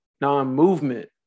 non-movement